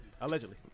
Allegedly